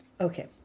okay